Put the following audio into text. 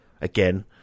Again